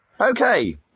Okay